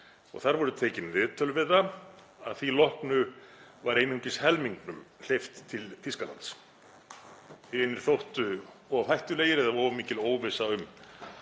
og þar voru tekin viðtöl við það. Að því loknu var einungis helmingnum hleypt til Þýskalands. Hinir þóttu of hættulegir eða of mikil óvissa um